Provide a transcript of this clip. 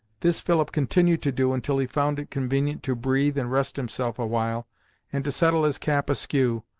this philip continued to do until he found it convenient to breathe and rest himself awhile and to settle his cap askew,